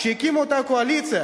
שהקימה אותה הקואליציה,